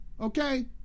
Okay